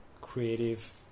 creative